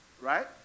Right